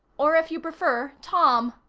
or, if you prefer, tom.